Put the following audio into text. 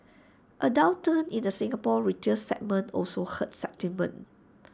A downturn in the Singapore retail segment also hurt sentiment